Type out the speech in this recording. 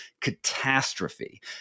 catastrophe